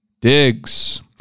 digs